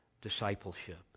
discipleship